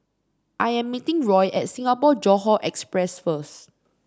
I am meeting Roy at Singapore Johore Express first